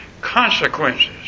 consequences